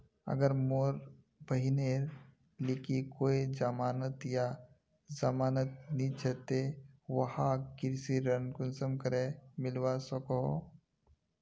अगर मोर बहिनेर लिकी कोई जमानत या जमानत नि छे ते वाहक कृषि ऋण कुंसम करे मिलवा सको हो?